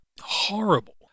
horrible